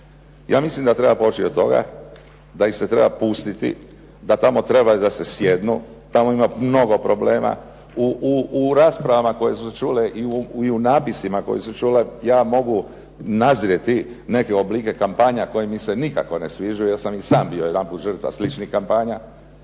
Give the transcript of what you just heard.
Ja mislim da treba poći od toga da ih se treba pustiti da tamo treba da se sjedne, tamo ima mnogo problema. U raspravama koje su se čule i u napisima koji su se čuli, ja mogu nazrijeti neke oblike kampanja koje mi se nikako ne sviđaju, jer sam i sam bio žrtva sličnih kampanja.